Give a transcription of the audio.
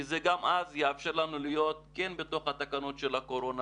כי זה גם אז יאפשר לנו להיות כן בתוך תקנות הקורונה